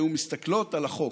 היו מסתכלות על החוק.